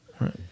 right